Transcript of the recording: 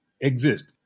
exist